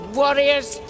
warriors